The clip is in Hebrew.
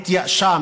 התייאשה,